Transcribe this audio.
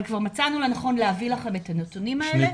אבל כבר מצאנו לנכון להביא לכם את הנתונים האלה.